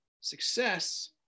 Success